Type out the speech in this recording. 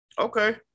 Okay